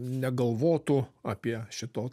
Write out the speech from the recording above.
negalvotų apie šito